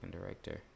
director